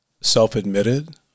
self-admitted